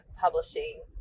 publishing